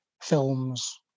films